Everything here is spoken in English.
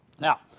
Now